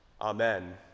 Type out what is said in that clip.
Amen